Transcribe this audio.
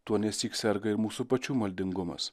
tuo nesyk serga ir mūsų pačių maldingumas